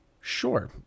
Sure